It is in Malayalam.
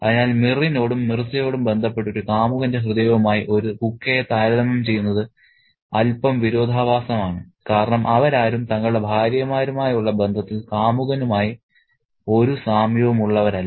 അതിനാൽ മിറിനോടും മിർസയോടും ബന്ധപ്പെട്ട് ഒരു കാമുകന്റെ ഹൃദയവുമായി ഒരു ഹുക്കയെ താരതമ്യം ചെയ്യുന്നത് അൽപ്പം വിരോധാഭാസമാണ് കാരണം അവരാരും തങ്ങളുടെ ഭാര്യമാരുമായുള്ള ബന്ധത്തിൽ കാമുകനുമായി ഒരു സാമ്യവുമുള്ളവരല്ല